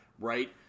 right